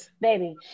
Baby